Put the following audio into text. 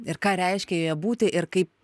ir ką reiškia joje būti ir kaip